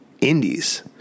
indies